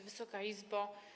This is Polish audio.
Wysoka Izbo!